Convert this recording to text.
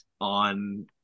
on